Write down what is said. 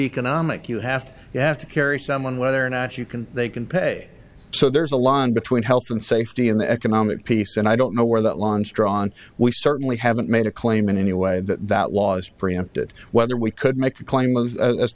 economic you have to you have to carry someone whether or not you can they can pay so there's a line between health and safety in the economic piece and i don't know where that launch drawn we certainly haven't made a claim in any way that that was preempted whether we could make a claim as